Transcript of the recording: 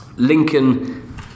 Lincoln